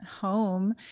home